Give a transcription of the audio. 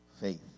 Faith